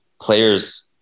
players